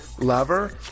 lover